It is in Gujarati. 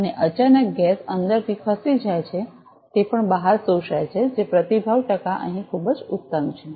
અને અચાનક ગેસ અંદરથી ખસી જાય છે તે પણ બહાર શોષાય છે જેથી પ્રતિભાવ ટકા અહીં ખૂબ જ ઉત્તમ છે